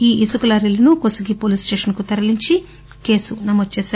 ఈ ఇసుక లారీలను కొస్గి పోలీసు స్టేషన్కు తరలించి కేసు నమోదు చేశారు